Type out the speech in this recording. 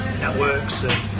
networks